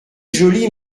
jolie